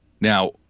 Now